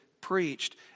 preached